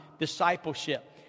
Discipleship